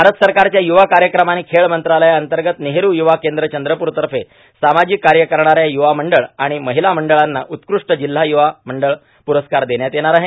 भारत सरकारच्या युवा कार्यक्रम आणि खेळ मंत्रालय अंतर्गत नेहरू युवा केंद्र चंद्रपूर तर्फे सामाजिक कार्य करणाऱ्या युवा मंडळ आणि महिला मंडळांना उत्कृष्ट जिल्हा युवा मंडळ प्ररस्कार देण्यात येणार आहेत